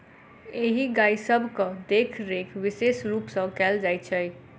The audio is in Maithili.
एहि गाय सभक देखरेख विशेष रूप सॅ कयल जाइत छै